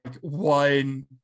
one